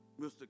Mr